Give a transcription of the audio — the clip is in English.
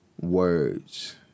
words